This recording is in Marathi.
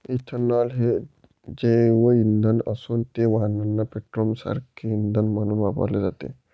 इथेनॉल हे जैवइंधन असून ते वाहनांना पेट्रोलसारखे इंधन म्हणून वापरले जाते